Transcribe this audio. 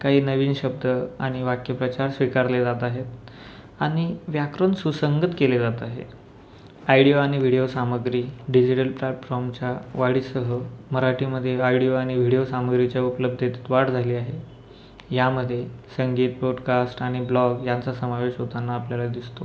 काही नवीन शब्द आणि वाक्यप्रचार स्वीकारले जात आहेत आणि व्याकरण सुसंगत केले जात आहे आयडिओ आणि व्हिडिओ सामग्री डिजिटल प्लॅटफॉर्मच्या वाढीसह मराठीमध्ये आयडिओ आणि व्हिडिओ सामग्रीच्या उपलब्धेत वाढ झाली आहे यामध्ये संगीत ब्रोडकास्ट आणि ब्लॉग यांचा समावेश होताना आपल्याला दिसतो